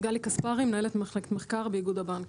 גלי כספרי, מנהלת מחלקת מחקר באיגוד הבנקים.